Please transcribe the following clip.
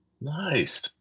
Nice